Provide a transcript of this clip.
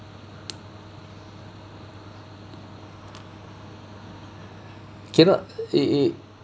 cannot it it